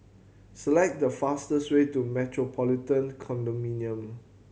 select the fastest way to Metropolitan Condominium